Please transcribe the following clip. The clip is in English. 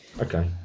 Okay